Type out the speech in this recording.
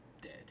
dead